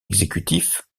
exécutif